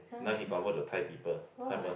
now he convert to Thai people